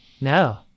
No